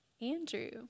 Andrew